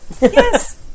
Yes